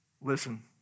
Listen